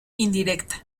indirecta